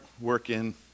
working